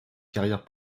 carrière